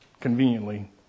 conveniently